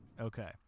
Okay